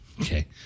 Okay